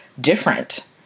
different